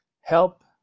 Help